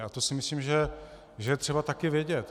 A to si myslím, že je třeba také vědět.